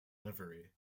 livery